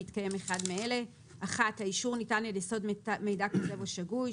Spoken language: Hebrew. בהתקיים אחד מאלה: (1)האישור ניתן על יסוד מידע כוזב או שגוי,